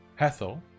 Hethel